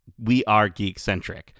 WeAreGeekcentric